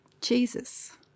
Jesus